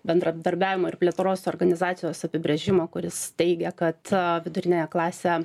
bendradarbiavimo ir plėtros organizacijos apibrėžimo kuris teigia kad viduriniąją klasę